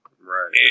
Right